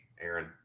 Aaron